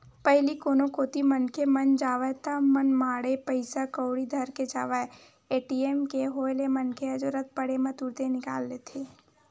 पहिली कोनो कोती मनखे मन जावय ता मनमाड़े पइसा कउड़ी धर के जावय ए.टी.एम के होय ले मनखे ह जरुरत पड़े म तुरते निकाल लेथे